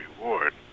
reward